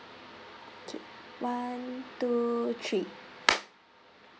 okay one two three